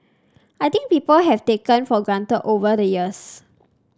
I think people have taken for granted over the years